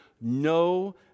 no